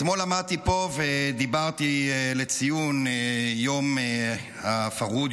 אתמול עמדתי פה ודיברתי לציון יום הפרהוד,